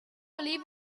believe